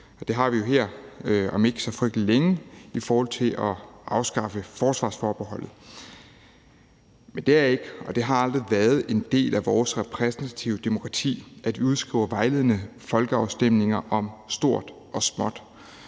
det har vi her om ikke så frygtelig længe i forhold til at afskaffe forsvarsforbeholdet. Men det er ikke og har aldrig været en del af vores repræsentative demokrati at udskrive vejledende folkeafstemninger om stort og småt,